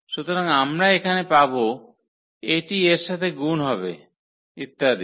সুতরাং আমরা এখানে পাব এটি এর সাথে গুন হবে ইত্যাদি